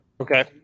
Okay